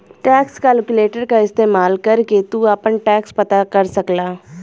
tax calculator क इस्तेमाल करके तू आपन टैक्स पता कर सकला